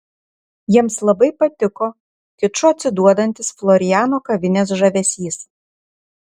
jiems labai patiko kiču atsiduodantis floriano kavinės žavesys